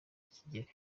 kigere